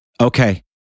Okay